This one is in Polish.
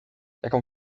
jaką